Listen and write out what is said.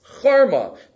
Charma